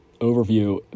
overview